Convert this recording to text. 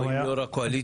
או עם יושב-ראש הקואליציה.